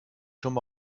schon